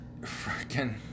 freaking